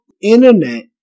internet